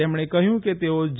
તેમણે કહ્યું કે તેઓ જે